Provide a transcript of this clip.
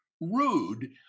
rude